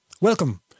Welcome